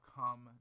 come